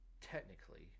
Technically